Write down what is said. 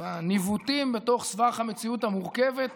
בניווטים בתוך סבך המציאות המורכבת.